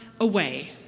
away